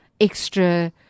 extra